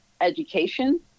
education